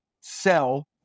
sell